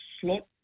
slot